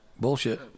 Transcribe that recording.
bullshit